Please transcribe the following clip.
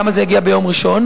למה זה הגיע ביום ראשון?